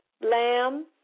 lamb